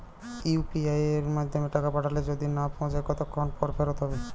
UPI য়ের মাধ্যমে টাকা পাঠালে যদি না পৌছায় কতক্ষন পর ফেরত হবে?